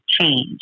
change